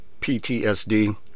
PTSD